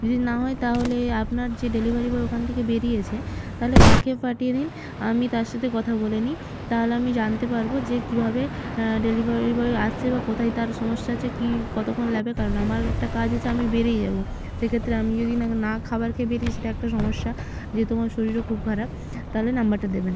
যদি না হয় তাহলে আপনার যে ডেলিভারি বয় ওখান থেকে বেড়িয়েছে তাহলে তাকে পাঠিয়ে দিন আমি তার সাথে কথা বলে নিই তাহলে আমি জানতে পারবো যে কীভাবে ডেলিভারি বয় আসছে বা কোথায় তার সমস্যা আছে কী কতক্ষণ লাগবে কারণ আমার একটা কাজ আছে আমি বেড়িয়ে যাবো সেক্ষেত্রে আমি যদি না না খাবার খেয়ে বেড়িয়ে যাই সেটা একটা সমস্যা যেহেতু আমার শরীরও খুব খারাপ তালে নাম্বারটা দেবেন